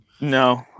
No